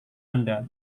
anda